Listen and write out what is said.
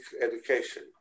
education